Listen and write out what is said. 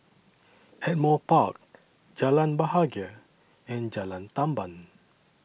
Ardmore Park Jalan Bahagia and Jalan Tamban